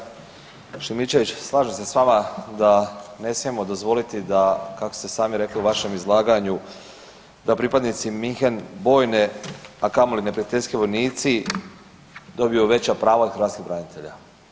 Uvaženi kolega Šimičević, slažem se sa vama da ne smijemo dozvoliti da kako ste sami rekli u vašem izlaganju da pripadnici München bojne a kamoli neprijateljski vojnici dobiju veća prava od hrvatskih branitelja.